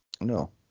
No